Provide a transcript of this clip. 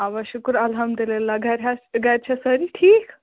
اَوا شُکُر الحمدُاللہ گَرِ حظ گَرِ چھا سٲری ٹھیٖک